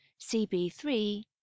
CB3